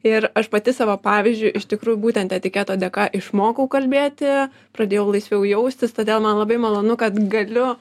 ir aš pati savo pavyzdžiu iš tikrųjų būtent etiketo dėka išmokau kalbėti pradėjau laisviau jaustis todėl man labai malonu kad galiu